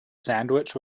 sandwich